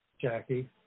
Jackie